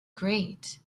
great